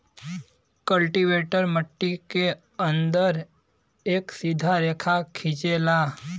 cultivator मट्टी के अंदर एक सीधा रेखा खिंचेला